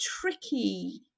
tricky